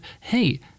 hey